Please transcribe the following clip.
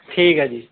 ਠੀਕ ਆ ਜੀ